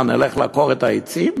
מה, נלך לעקור את העצים?